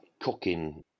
cooking